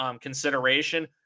consideration